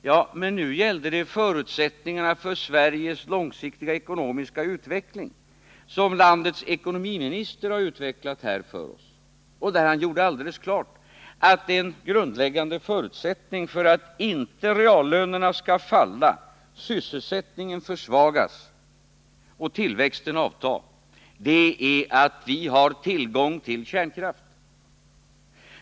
Ja, men nu gällde det förutsättningarna för Sveriges långsiktiga, ekonomiska utveckling, som landets ekonomiminister har beskrivit för oss. Han gjorde alldeles klart att en grundläggande förutsättning för att reallönerna inte skall falla, sysselsättningen försvagas och tillväxten avta är att vi har tillgång till kärnkraft.